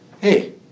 Hey